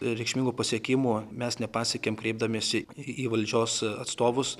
reikšmingų pasiekimų mes nepasiekiam kreipdamiesi į valdžios atstovus